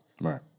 Right